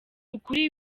ukuri